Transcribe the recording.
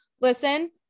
Listen